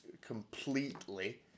completely